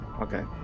Okay